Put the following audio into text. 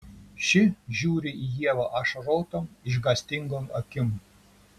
ši žiūri į ievą ašarotom išgąstingom akim